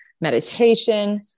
meditation